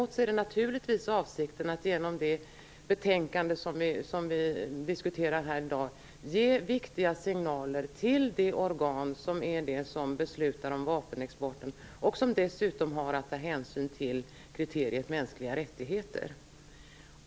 Däremot är det naturligtvis avsikten att genom det betänkande vi diskuterar i dag ge viktiga signaler till de organ som beslutar om vapenexporten, och som dessutom har att ta hänsyn till kriteriet mänskliga rättigheter.